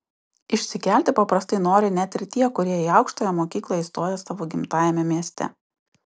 išsikelti paprastai nori net ir tie kurie į aukštąją mokyklą įstoja savo gimtajame mieste